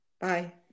Bye